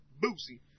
Boozy